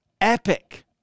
Epic